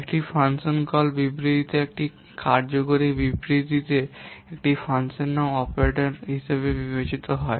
একটি function call বিবৃতিতে একটি কার্যকরী বিবৃতিতে একটি ফাংশন নাম অপারেটর হিসাবে বিবেচিত হয়